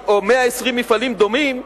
או 120 מפעלים דומים,